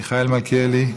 מיכאל מלכיאלי,